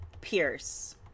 Pierce